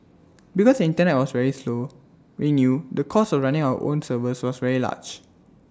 because the Internet was very slow renew the cost of running our own servers was very large